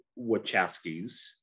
Wachowskis